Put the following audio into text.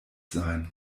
sein